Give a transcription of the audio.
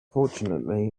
fortunately